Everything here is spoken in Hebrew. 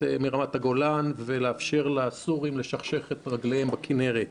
מרמת הגולן ולאפשר לסורים לשכשכך את רגליהם בכינרת.